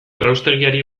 erraustegiari